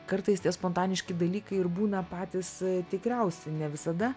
kartais tie spontaniški dalykai ir būna patys tikriausi ne visada